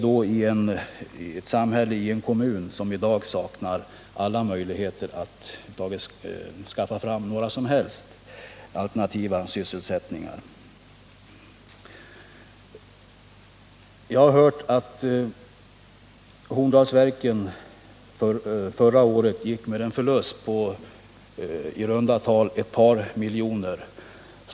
Detta gäller då en kommun som i dag saknar alla möjligheter att erbjuda några som helst alternativa sysselsättningar. Jag har hört att Horndalsverken förra året gick med en förlust på i runt tal ett par miljoner.